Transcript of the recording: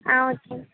ஆ okay